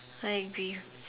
I agree